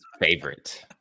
favorite